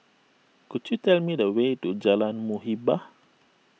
could you tell me the way to Jalan Muhibbah